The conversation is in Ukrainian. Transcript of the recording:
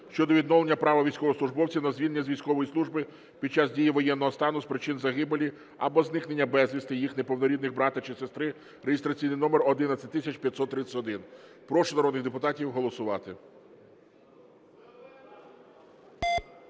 щодо відновлення права військовослужбовців на звільнення з військової служби під час дії воєнного стану з причин загибелі або зникнення безвісти їх неповнорідних брата чи сестри (реєстраційний номер 11531). Прошу народних депутатів голосувати.